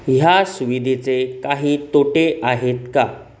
ह्या सुविधेचे काही तोटे आहेत का